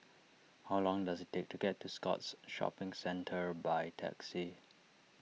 how long does it take to get to Scotts Shopping Centre by taxi